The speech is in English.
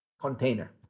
container